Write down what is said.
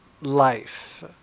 life